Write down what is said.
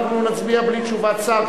אנחנו נצביע בלי תשובת שר,